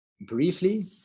briefly